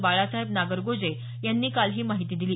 बालासाहेब नागरगोजे यांनी ही माहिती दिली